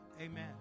Amen